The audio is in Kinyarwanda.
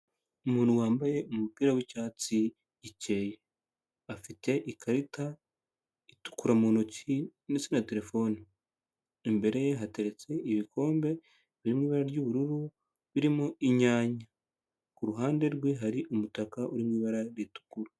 Umuntu wambaye umupira w'icyatsi gikeye. Afite ikarita itukura mu ntoki ndetse na telefone. Imbere ye hateretse ibikombe biri mu ibara ry'ubururu, birimo inyanya. Ku ruhande rwe hari umutaka uri mu ibara ritukura.